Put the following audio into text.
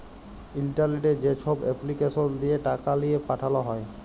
ইলটারলেটে যেছব এপলিকেসল দিঁয়ে টাকা লিঁয়ে পাঠাল হ্যয়